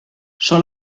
sol